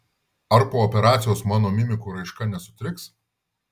ar po operacijos mano mimikų raiška nesutriks